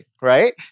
right